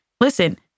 listen